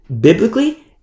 biblically